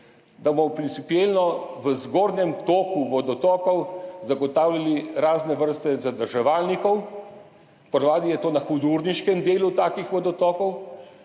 da bomo principielno v zgornjem toku vodotokov zagotavljali razne vrste zadrževalnikov. Po navadi je to na hudourniškem delu takih vodotokov,